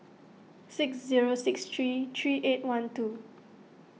six zero six three three eight one two